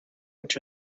which